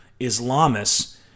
Islamists